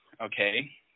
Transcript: okay